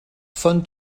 von